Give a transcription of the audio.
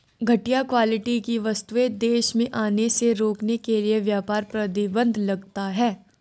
घटिया क्वालिटी की वस्तुएं देश में आने से रोकने के लिए व्यापार प्रतिबंध लगता है